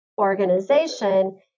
organization